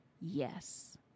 Yes